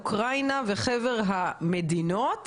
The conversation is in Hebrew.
אוקראינה וחבר המדינות.